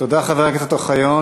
תודה, חבר הכנסת אוחיון.